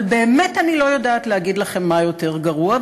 אבל באמת אני לא יודעת להגיד לכם מה יותר גרוע,